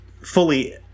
fully